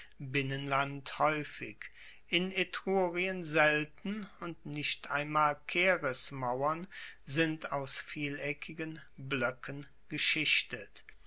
binnenland haeufig in etrurien selten und nicht einmal caeres mauern sind aus vieleckigen bloecken geschichtet